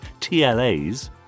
TLAs